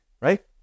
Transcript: right